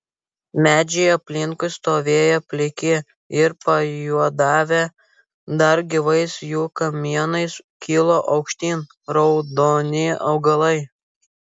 medžiai aplinkui stovėjo pliki ir pajuodavę dar gyvais jų kamienais kilo aukštyn raudoni augliai